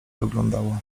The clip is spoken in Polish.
wyglądało